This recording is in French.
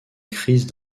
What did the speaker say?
crise